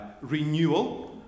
renewal